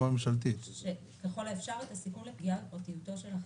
את הסיכון לפגיעה בפרטיותו של החייב,